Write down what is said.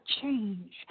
change